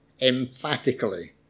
emphatically